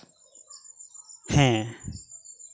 ᱦᱮᱸ